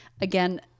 again